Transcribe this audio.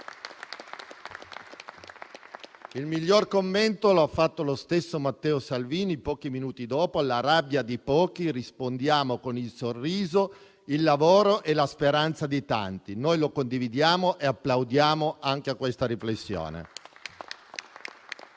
Il miglior commento l'ha fatto lo stesso Matteo Salvini pochi minuti dopo: alla rabbia di pochi rispondiamo con il sorriso, il lavoro e la speranza di tanti. Lo condividiamo e applaudiamo anche a questa riflessione